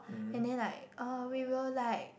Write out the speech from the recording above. and then like oh we will like